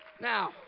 Now